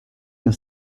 your